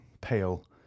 pale